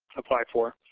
apply for.